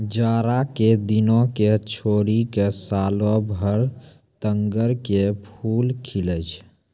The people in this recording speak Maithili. जाड़ा के दिनों क छोड़ी क सालों भर तग्गड़ के फूल खिलै छै